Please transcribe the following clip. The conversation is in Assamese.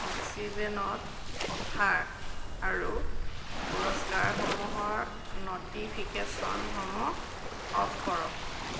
অক্সিজেনত অফাৰ আৰু পুৰস্কাৰসমূহৰ ন'টিফিকেচনসমূহ অফ কৰক